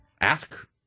ask